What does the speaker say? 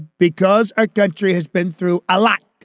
because our country has been through a lot.